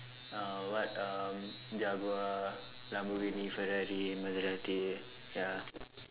uh what um Jaguar Lamborghini Ferrari and Maserati ya